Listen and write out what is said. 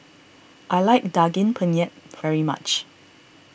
I like Daging Penyet very much